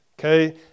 okay